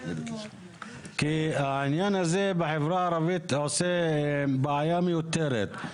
כי העניין הזה בחברה הערבית עושה בעיה מיותרת.